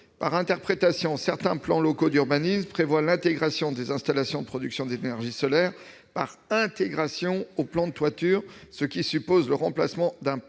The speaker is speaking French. Par interprétation, certains plans locaux d'urbanisme prévoient l'installation de production d'énergie solaire par intégration au plan de toiture, ce qui suppose le remplacement d'un pan entier